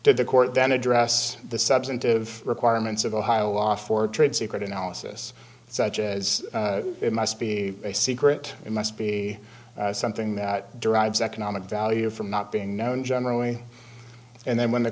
to the court then address the substantive requirements of ohio law for trade secret analysis such as it must be a secret it must be something that derives economic value from not being known generally and then when the